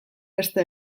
beste